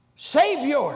savior